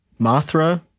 Mothra